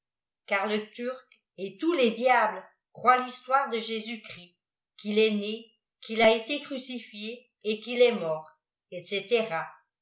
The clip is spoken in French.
car le turc et tous les didbfès croient l'histoire de jésus christ qu'il est né qu'il a été crucifié et qu'il est mort etc